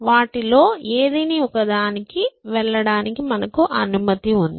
వాటిలో ఏదేని ఒకదానికి వెళ్లడానికి మనకు అనుమతి ఉంది